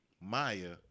Maya